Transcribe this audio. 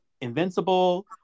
Invincible